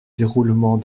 déroulement